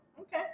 okay